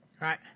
right